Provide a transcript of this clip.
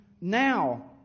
now